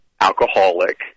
alcoholic